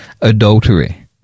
adultery